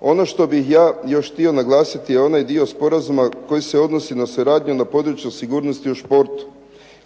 Ono što bih ja još htio naglasiti je onaj dio sporazuma koji se odnosi na suradnju na području sigurnosti u športu.